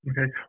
Okay